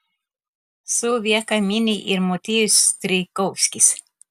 suvieką mini ir motiejus strijkovskis